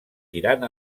tirant